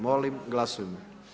Molim glasujmo.